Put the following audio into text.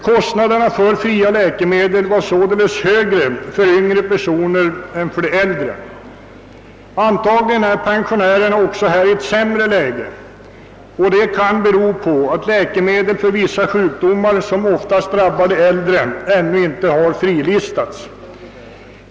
Kostnaderna för fria läkemedel var således högre för yngre personer än för de äldre. Antagligen är pensionärerna också härvidlag i ett sämre läge. Detta kan bero på att läkemedel för vissa sjukdomar som oftast drabbar de äldre ännu inte har frilistats.